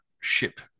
ship